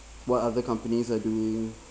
what other companies are doing